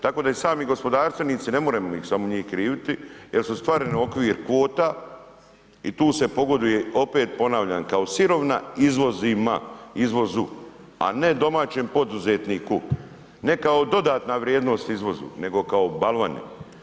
Tako da i sami gospodarstvenici, nemoremo samo njih kriviti jer su stvoreni okvir kvota i tu se pogoduje, opet ponavljam, kao sirovina izvozima, izvozu, a ne domaćem poduzetniku, ne kao dodatna vrijednost izvozu, nego kao balvani.